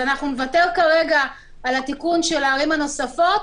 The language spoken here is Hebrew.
אז אנחנו נוותר כרגע על התיקון של הערים הנוספות,